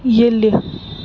ییٚلہِ